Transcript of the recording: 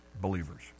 believers